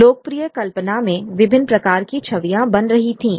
लोकप्रिय कल्पना में विभिन्न प्रकार की छवियां बन रही थीं